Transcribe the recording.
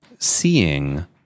seeing